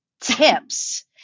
Tips